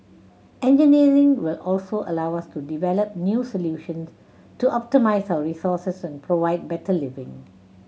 engineering will also allow us to develop new solutions to optimise our resources and provide better living